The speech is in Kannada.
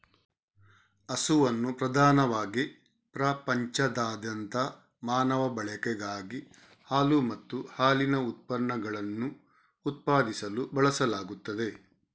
ಹಸುವನ್ನು ಪ್ರಧಾನವಾಗಿ ಪ್ರಪಂಚದಾದ್ಯಂತ ಮಾನವ ಬಳಕೆಗಾಗಿ ಹಾಲು ಮತ್ತು ಹಾಲಿನ ಉತ್ಪನ್ನಗಳನ್ನು ಉತ್ಪಾದಿಸಲು ಬಳಸಲಾಗುತ್ತದೆ